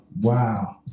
wow